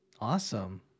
Awesome